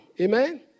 Amen